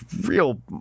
real